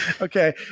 okay